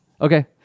Okay